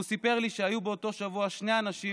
הוא סיפר לי שהיו באותו שבוע שני אנשים